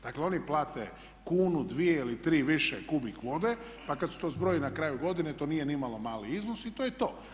Dakle oni plate kunu, dvije ili tri više kubik vode, pa kada se to zbroji na kraju godine to nije nimalo mali iznos i to je to.